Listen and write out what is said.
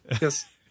Yes